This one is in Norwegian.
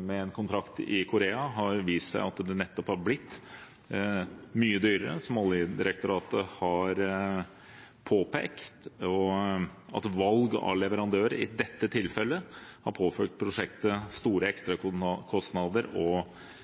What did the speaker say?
med kontrakt i Korea har vist seg å bli mye dyrere, som Oljedirektoratet har påpekt, og at valg av leverandør i dette tilfellet har påført prosjektet store ekstrakostnader og